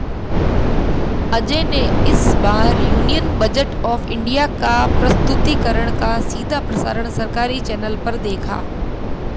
अजय ने इस बार यूनियन बजट ऑफ़ इंडिया का प्रस्तुतिकरण का सीधा प्रसारण सरकारी चैनल पर देखा